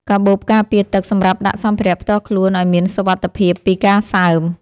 កាបូបការពារទឹក សម្រាប់ដាក់សម្ភារៈផ្ទាល់ខ្លួនឱ្យមានសុវត្ថិភាពពីការសើម។